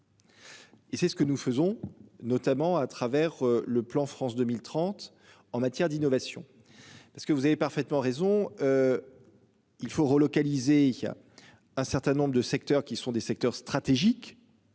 Et c'est ce que nous faisons, notamment à travers le plan France 2030 en matière d'innovation. Parce que vous avez parfaitement raison. Il faut relocaliser il a un certain nombre de secteurs qui sont des secteurs stratégiques.